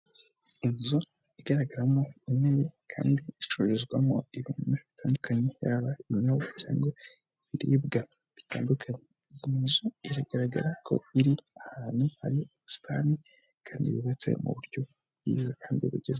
Inzu igaragaramo intebe kandi icururizwamo ibintu bitandukanye, yaba ibinyobwa cyangwa ibiribwa bitandukanye, iyi nzu biragaragara ko iri ahantu hari ubusitani kandi yubatswe mu buryo bwiza kandi bugezweho.